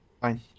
Fine